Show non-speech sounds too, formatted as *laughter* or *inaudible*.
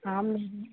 हाँ *unintelligible*